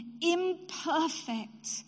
imperfect